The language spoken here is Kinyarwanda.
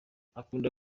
akunda